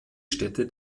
stätte